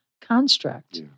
construct